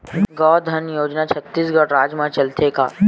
गौधन योजना छत्तीसगढ़ राज्य मा चलथे का?